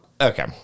okay